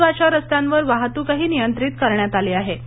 महत्त्वाच्या रस्त्यांवर वाहतूकही नियंत्रित करण्यात आली आहे